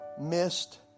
missed